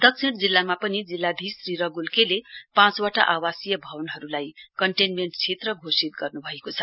दक्षिण जिल्लामा पनि जिल्लाधीश श्री रगुल के ले पाँचवटा आवासीय भवनहरूलाई कन्टेन्मेण्ट क्षेत्र घोषित गर्नुभएको छ